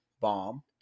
bomb